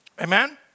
Amen